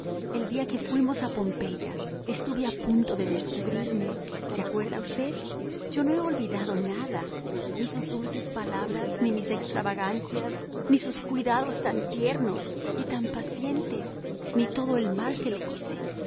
el día que fuimos a pompeya estuve a punto de descubrirme se acuerda usted yo no he olvidado nada ni sus dulces palabras ni mis extravagancias ni sus cuidados tan tiernos y tan pacientes ni todo el mal que le hice